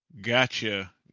gotcha